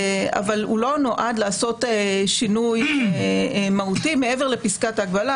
אבל הוא לא נועד לעשות שינוי מהותי מעבר לפסקת ההגבלה,